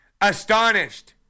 Astonished